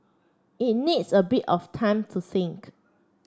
it needs a bit of time to think